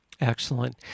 Excellent